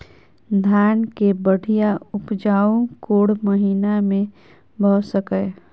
धान केँ बढ़िया उपजाउ कोण महीना मे भऽ सकैय?